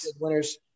winners